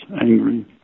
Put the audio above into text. angry